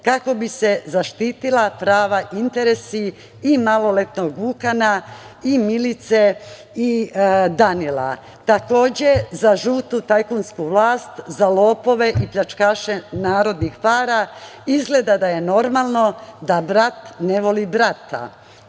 kako bi se zaštitila prava, interesi i maloletnog Vukana i Milice i Danila. Takođe, za žutu tajkunsku vlast, za lopove, pljačkaše narodnih para, izgleda da je normalno da brat ne voli brata,